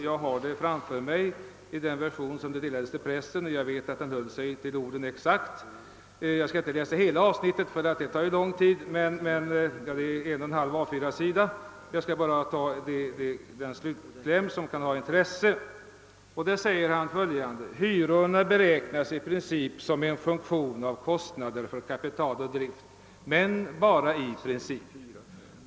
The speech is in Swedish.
Jag har det framför mig i den version som har utdelats till pressen, och jag vet att han höll sig till orden exakt. Jag skall inte läsa hela avsnittet — det skulle ta för lång tid, det är en och en halv A4-sida. Jag skall bara citera slutet som kan ha intresse: »Hyrorna beräknas i princip som en funktion av kostnader för kapital och drift men bara i princip.